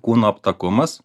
kūno aptakumas